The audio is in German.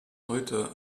heute